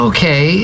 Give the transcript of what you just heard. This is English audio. Okay